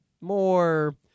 more